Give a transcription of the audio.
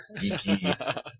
geeky